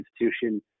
institution